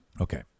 Okay